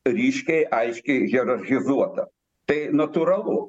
ryškiai aiškiai hierarchizuota tai natūralu